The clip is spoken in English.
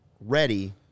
ready